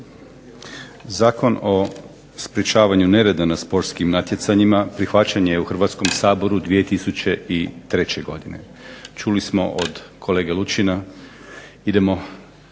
Zakon o sprječavanju nereda na sportskim natjecanjima prihvaćen je u Hrvatskom saboru 2003. godine. Čuli smo od kolege Lučina, idemo